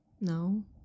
no